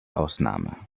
ausnahme